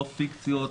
לא פיקציות,